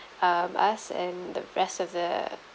um us and the rest of the